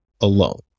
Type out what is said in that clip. alone